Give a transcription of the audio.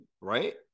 right